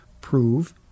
prove